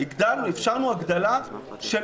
לאשר הגדלה של